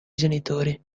genitori